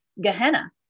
gehenna